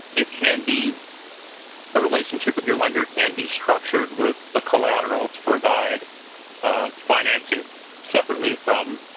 it can be a relationship with your lender can be structured with the collateral to provide financing separately from